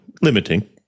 limiting